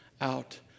out